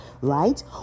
right